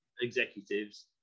executives